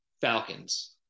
Falcons